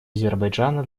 азербайджана